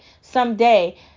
someday